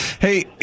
hey